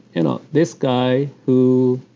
and ah this guy who